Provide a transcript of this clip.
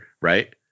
right